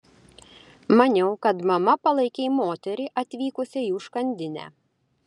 maniau kad mama palaikei moterį atvykusią į užkandinę